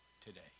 today